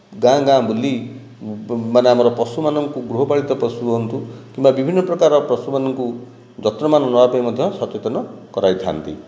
ଗାଁ ଗାଁ ବୁଲି ମାନେ ଆମର ପଶୁ ମାନଙ୍କୁ ଗୃହପାଳିତ ପଶୁ ହୁଅନ୍ତୁ କିମ୍ବା ବିଭିନ୍ନ ପ୍ରକାର ପଶୁ ମାନଙ୍କୁ ଯତ୍ନବାନ ନବା ପାଇଁ ମଧ୍ୟ ସଚେତନ କରାଇ ଥାନ୍ତି